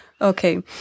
Okay